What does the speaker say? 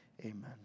amen